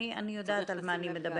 אני יודעת על מה אני מדברת,